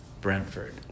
Brentford